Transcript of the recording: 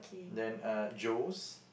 then uh Joe's